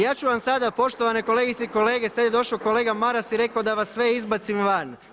Ja ću vam sada poštovane kolegice i kolege, sad je došao kolega Maras i rekao da vas sve izbacim van.